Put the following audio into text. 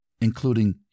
including